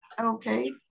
Okay